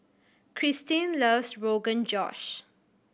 Krystin loves Rogan Josh